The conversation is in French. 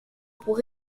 pour